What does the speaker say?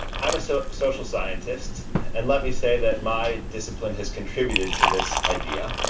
i'm a so social scientist and let me say that my discipline has contributed to this idea.